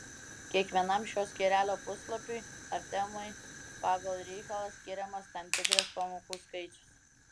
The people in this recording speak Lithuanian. kiekvienam šio skyrelio puslapiui ar temai pagal reikalą skiriamas tam tikras pamokų skaičius